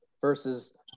versus